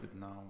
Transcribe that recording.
now